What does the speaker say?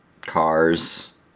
cars